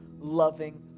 loving